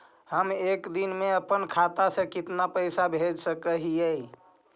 हम एक दिन में अपन खाता से कितना पैसा भेज सक हिय?